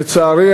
לצערי,